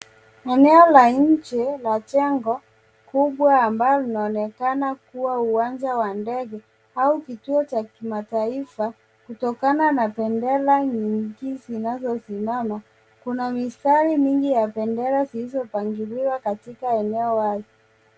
Eneo la nje la jengo kubwa ambalo linaonekana kuwa uwanja wa ndege au kituo cha kimataifa kutokana na bendera nyingi zinazosimama Kuna mistari mingi ya bendera zilizopangiliwa katika eneo wazi.